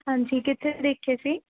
ਹਾਂਜੀ ਕਿੱਥੇ ਦੇਖੇ ਸੀ